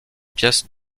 pièces